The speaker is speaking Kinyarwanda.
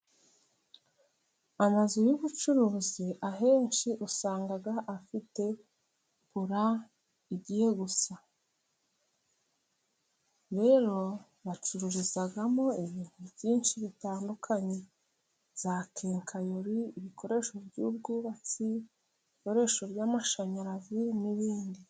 Amazu y'ubucuruzi ahenshi usanga afite pura igiye gusa, rero bacururizamo ibintu byinshi bitandukanye: za kenkayori, ibikoresho by'ubwubatsi, ibikoresho by'amashanyarazi n'ibindi.